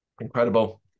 Incredible